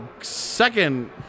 second